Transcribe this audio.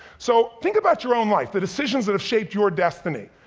so think about your own life, the decisions that have shaped your destiny.